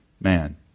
man